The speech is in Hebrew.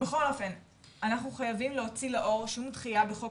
אנחנו חייבים להוציא לאור שדחייה בחוק